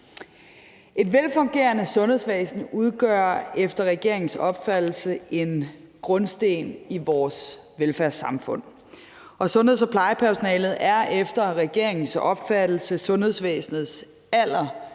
Et velfungerende sundhedsvæsen udgør efter regeringens opfattelse en grundsten i vores velfærdssamfund, og sundheds- og plejepersonalet er efter regeringens opfattelse sundhedsvæsenets